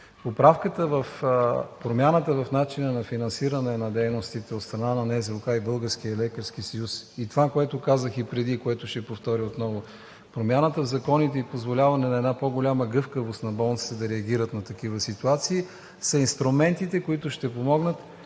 промяната в начина на финансиране на дейностите от страна на НЗОК и Българския лекарски съюз, и това, което казах и преди, което ще повторя отново – промяната в законите и позволяване на една по-голяма гъвкавост на болниците да реагират на такива ситуации, са инструментите, които ще помогнат